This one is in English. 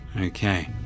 Okay